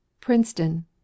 Princeton